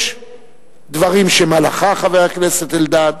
יש דברים שהם הלכה, חבר הכנסת אלדד,